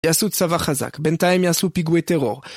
יעשו צבא חזק, בינתיים יעשו פיגועי טרור